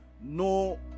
No